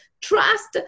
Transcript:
trust